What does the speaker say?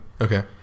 okay